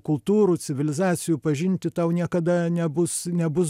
kultūrų civilizacijų pažinti tau niekada nebus nebus